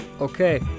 Okay